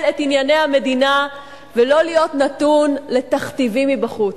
את ענייני המדינה ולא להיות נתון לתכתיבים מבחוץ.